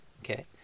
Okay